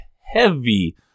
heavy